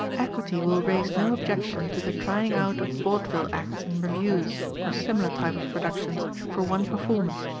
equity will raise no objection to the trying out of vaudeville acts in revues or similar type of productions for one performance,